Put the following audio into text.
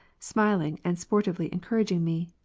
smiling and sportively encouraging me.